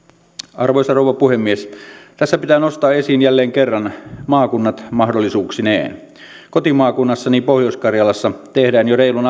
arvoisa rouva puhemies tässä pitää nostaa esiin jälleen kerran maakunnat mahdollisuuksineen kotimaakunnassani pohjois karjalassa tehdään jo reilun